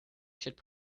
should